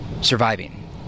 surviving